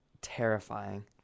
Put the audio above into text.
terrifying